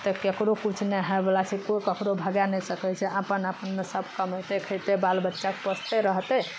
तऽ केकरो किछु नहि होइ बला छै कोइ ककरो भगै नहि सकै छै अपन अपन मे सब कमैतै खैते बाल बच्चा के पोसते रहतै